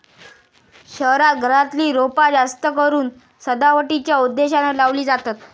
शहरांत घरातली रोपा जास्तकरून सजावटीच्या उद्देशानं लावली जातत